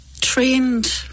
trained